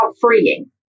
freeing